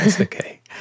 Okay